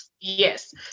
Yes